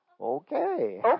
Okay